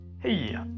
Hey